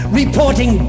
reporting